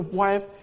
wife